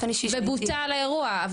בוטל האירוע.